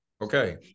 okay